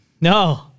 No